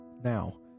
Now